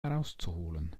herauszuholen